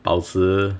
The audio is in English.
保持